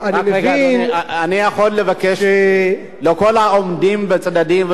אני יכול לבקש מכל העומדים בצדדים לשבת ולדבר,